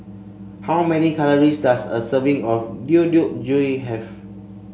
how many calories does a serving of Deodeok have